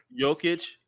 Jokic